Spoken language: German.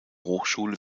hochschule